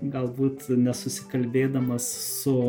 galbūt nesusikalbėdamas su